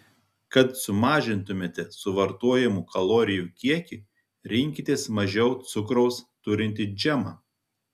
kad sumažintumėte suvartojamų kalorijų kiekį rinkitės mažiau cukraus turintį džemą